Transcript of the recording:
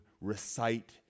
recite